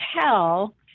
tell